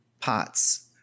pots